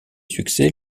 succès